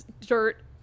dirt